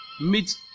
meet